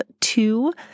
two